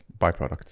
Byproduct